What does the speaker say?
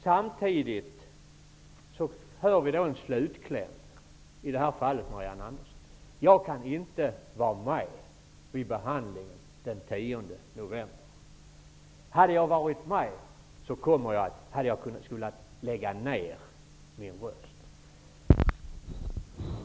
Sedan hör vi i slutklämmen att hon inte kan vara med vid omröstningen den 10 november. Hade hon kunnat vara med, skulle hon ha lagt ner sin röst.